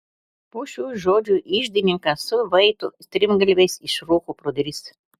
po šių žodžių iždininkas su vaitu strimgalviais išrūko pro duris